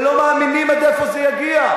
ולא מאמינים עד איפה זה יגיע,